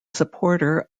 supporter